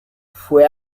fue